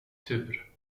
tur